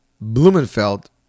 Blumenfeld